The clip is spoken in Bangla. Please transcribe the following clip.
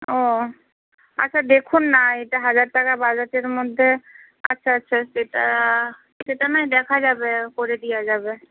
ও আচ্ছা দেখুন না এটা হাজার টাকা বাজেটের মধ্যে আচ্ছা আচ্ছা সেটা সেটা নয় দেখা যাবে করে দেওয়া যাবে